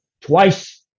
twice